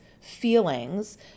feelings